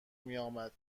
میآمد